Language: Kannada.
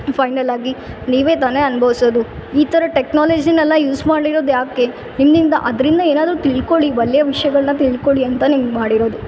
ಫೈನಲ್ ಆಗಿ ನೀವೇ ತಾನೇ ಅನ್ಬೌಸೋದು ಈ ಥರ ಟೆಕ್ನಾಲಜಿನೆಲ್ಲ ಯೂಸ್ ಮಾಡಿರೋದು ಯಾಕೆ ನಿನ್ನಿಂದ ಅದ್ರಿಂದ ಏನಾದ್ರು ತಿಳ್ಕೊಳಿ ಒಳ್ಳೆ ವಿಷಯಗಳ್ನ ತಿಳ್ಕೊಳಿ ಅಂತ ನಿಮ್ಗೆ ಮಾಡಿರೋದು